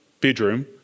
bedroom